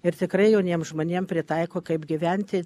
ir tikrai jauniems žmonėm pritaiko kaip gyventi